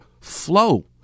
flow